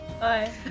Bye